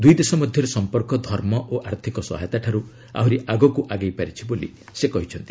ଦୁଇ ଦେଶ ମଧ୍ୟରେ ସମ୍ପର୍କ ଧର୍ମ ଓ ଆର୍ଥିକ ସହାୟତାଠାରୁ ଆହୁରି ଆଗକୁ ଆଗେଇ ପାରିଛି ବୋଲି ସେ କହିଛନ୍ତି